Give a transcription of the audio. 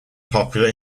popular